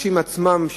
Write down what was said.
האנשים עצמם,